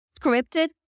scripted